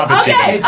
okay